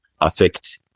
affect